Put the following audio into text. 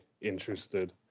interested